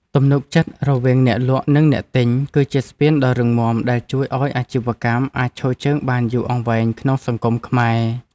ទំនុកចិត្តរវាងអ្នកលក់និងអ្នកទិញ គឺជាស្ពានដ៏រឹងមាំដែលជួយឱ្យអាជីវកម្មអាចឈរជើងបានយូរអង្វែងក្នុងសង្គមខ្មែរ។